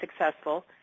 successful